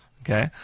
Okay